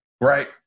right